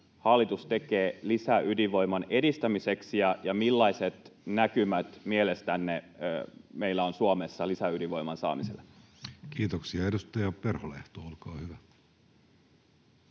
hallitus tekee lisäydinvoiman edistämiseksi ja millaiset näkymät mielestänne meillä on Suomessa lisäydinvoiman saamiselle? Kiitoksia. — Edustaja Perholehto, olkaa hyvä.